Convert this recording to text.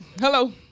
Hello